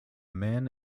man